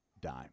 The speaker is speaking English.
dime